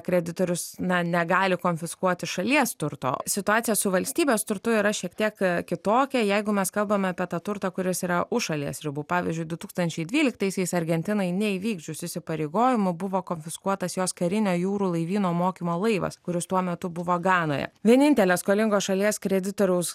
kreditorius na negali konfiskuoti šalies turto situacija su valstybės turtu yra šiek tiek kitokia jeigu mes kalbame apie tą turtą kuris yra už šalies ribų pavyzdžiui du tūkstančiai dvyliktaisiais argentinai neįvykdžius įsipareigojimų buvo konfiskuotas jos karinio jūrų laivyno mokymo laivas kuris tuo metu buvo ganoje vienintelė skolingos šalies kreditoriaus